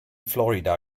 florida